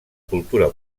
cultura